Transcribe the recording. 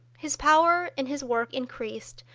his power in his work increased,